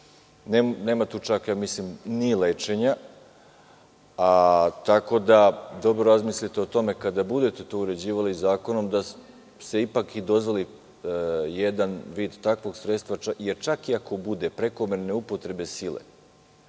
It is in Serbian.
Nema tu čak, ja mislim, ni lečenja. Tako da, dobro razmislite o tome kada budete to uređivali zakonom, da se ipak dozvoli jedan vid takvog sredstva, jer čak i ako bude prekomerne upotrebe sile